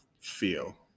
feel